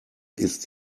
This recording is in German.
ist